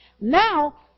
Now